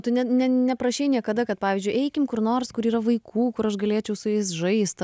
tu ne ne neprašei niekada kad pavyzdžiui eikim kur nors kur yra vaikų kur aš galėčiau su jais žaist